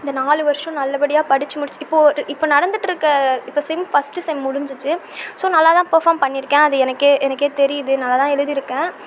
இந்த நாலு வருஷம் நல்லபடியாக படித்து முடித்து இப்போது இப்ப நடந்துட்டுருக்கற இப்போ செம் ஃபஸ்ட் செம் முடிஞ்சிச்சு ஸோ நல்லா தான் பர்ஃபார்ம் பண்ணியிருக்கேன் அது எனக்கே எனக்கே தெரியுது நல்லா தான் எழுதியிருக்கேன்